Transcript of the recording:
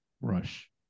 rush